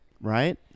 Right